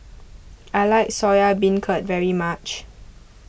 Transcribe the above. I like Soya Beancurd very much